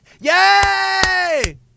Yay